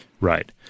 Right